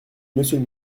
monsieur